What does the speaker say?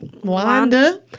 Wanda